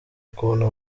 ukuntu